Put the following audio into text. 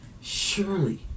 Surely